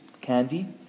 candy